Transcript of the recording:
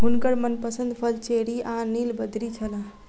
हुनकर मनपसंद फल चेरी आ नीलबदरी छल